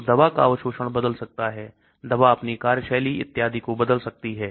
तो दवा का अवशोषण बदल सकता है दवा अपनी कार्यशैली इत्यादि को बदल सकती है